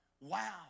Wow